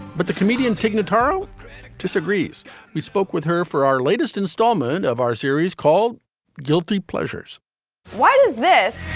but the comedian tig notaro disagrees we spoke with her for our latest installment of our series called guilty pleasures why does this